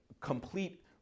complete